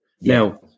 Now